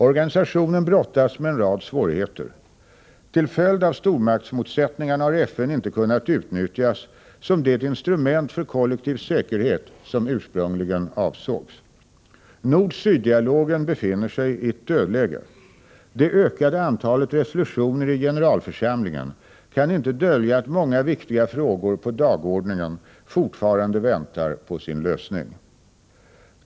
Organisationen brottas med en rad svårigheter. Till följd av stormaktsmotsättningarna har FN inte kunnat utnyttjas som det instrument för kollektiv säkerhet som ursprungligen avsågs. Nord-syd-dialogen befinner sig i ett dödläge. Det ökade antalet resolutioner i generalförsamlingen kan inte dölja att många viktiga frågor på dagordningen forfarande väntar på sin lösning.